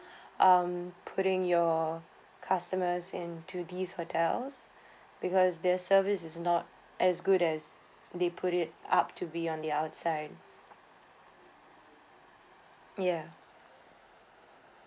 um putting your customers in to these hotels because their service is not as good as they put it up to be on the outside ya